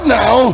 now